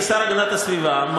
כשר להגנת הסביבה,